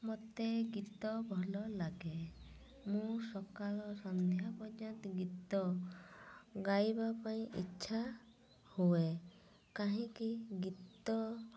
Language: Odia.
ମତେ ଗୀତ ଭଲ ଲାଗେ ମୁଁ ସକାଳ ସନ୍ଧ୍ୟା ପର୍ଯ୍ୟନ୍ତ ଗୀତ ଗାଇବା ପାଇଁ ଇଚ୍ଛା ହୁଏ କାହିଁକି ଗୀତ